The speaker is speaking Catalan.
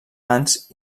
ants